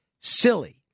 silly